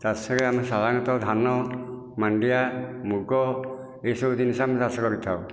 ଚାଷରେ ଆମେ ସାଧାରଣତଃ ଧାନ ମାଣ୍ଡିଆ ମୁଗ ଏସବୁ ଜିନିଷ ଆମେ ଚାଷ କରିଥାଉ